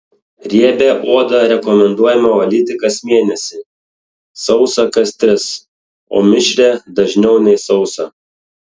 riebią odą rekomenduojame valyti kas mėnesį sausą kas tris o mišrią dažniau nei sausą